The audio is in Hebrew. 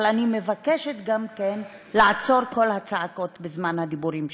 אבל אני מבקשת גם כן לעצור כל הצעקות בזמן הדיבורים שלי.